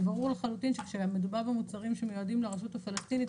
זה ברור לחלוטין כשמדובר במוצרים שמיועדים לרשות הפלסטינית,